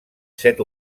set